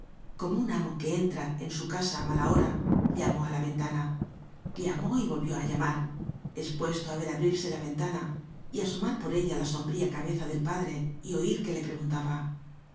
como un amo que entra en su casa á mala hora llamó á la ventana llamó y volvió á llamar espuesto á ver abrirse la ventana y asomar por ella la sombría cabeza del padre y oir que le preguntaba